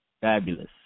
fabulous